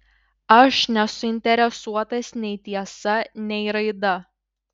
aš nesuinteresuotas nei tiesa nei raida